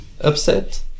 upset